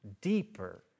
deeper